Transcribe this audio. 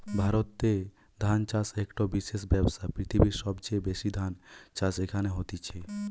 ভারতে ধান চাষ একটো বিশেষ ব্যবসা, পৃথিবীর সবচেয়ে বেশি ধান চাষ এখানে হতিছে